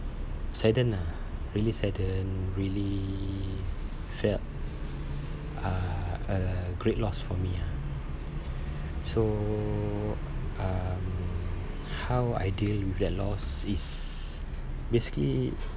saddened lah really saddened really felt uh a great loss for me ah so um how I deal with that loss is basically